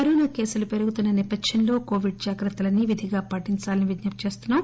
Covid కేసులు పెరుగుతున్న నేపథ్యంలో కోవిడ్ జాగ్రత్తలన్నీ విధిగా పాటించాలని విజ్ఞప్తి చేస్తున్నాం